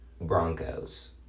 Broncos